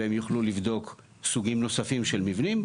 והם יוכלו לבדוק סוגים נוספים של מבנים,